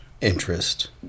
interest